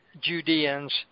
Judeans